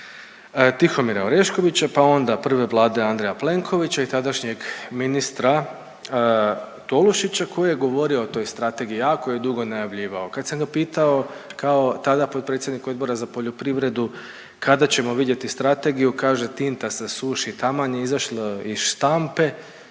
Tihomira Oreškovića, pa onda prve Vlade Andreja Plenkovića i tadašnjeg ministra Tolušića koji je govorio o toj strategiji, jako je dugo najavljivao. Kad sam ga pitao kao tada potpredsjednika Odbora za poljoprivredu kada ćemo vidjeti strategiju, kaže tinta se suši, taman je izašlo iz štampe